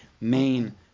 main